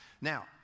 Now